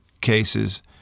cases